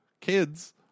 Kids